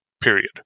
Period